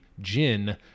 gin